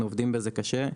אנחנו עובדים בזה קשה.